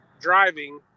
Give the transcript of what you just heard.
driving